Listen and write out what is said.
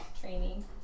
training